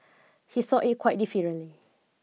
he saw it quite differently